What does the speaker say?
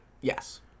Yes